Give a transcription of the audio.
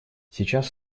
сейчас